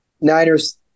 Niners